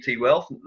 Wealth